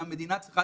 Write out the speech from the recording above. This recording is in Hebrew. והמדינה צריכה